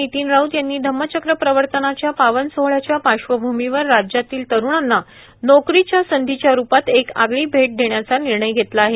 नितीन राऊत यांनी धम्मचक्र प्रवर्तनाच्या पावन सोहळ्याच्या पार्श्वभूमीवर राज्यातील तरुणांना नोकरीच्या संधीच्या रूपात एक आगळी भेट देण्याचा निर्णय घेतला आहे